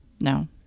No